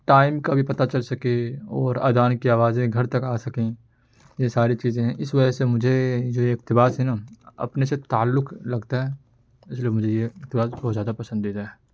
time کا بھی پتا چل سکے اور اذان کی آوازیں گھر تک آ سکیں یہ ساری چیزیں اس وجہ سے مجھے یہ جو اقتباس ہے نا اپنے سے تعلق لگتا ہے اس لیے مجھے یہ اقتباس بہت زیادہ پسندیدہ ہے